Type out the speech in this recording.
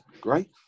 great